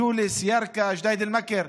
ג'וליס, ירכא, ג'דיידה-מכר.